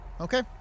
Okay